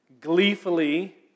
gleefully